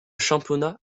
championnat